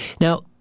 Now